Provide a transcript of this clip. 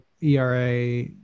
ERA